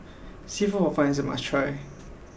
Seafood Hor Fun is a must try